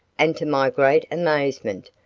and to my great amazement,